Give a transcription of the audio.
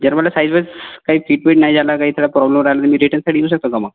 जर मला size wise काही फिट विट नाही झालं काही तर प्रॉब्लेम राह्यलं तर मी रिटर्नसाठी येऊ शकतो का मग